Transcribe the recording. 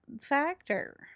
factor